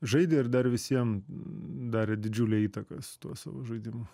žaidė ir dar visiem darė didžiulę įtaką su tuo savo žaidimu